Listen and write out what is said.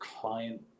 client